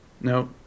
No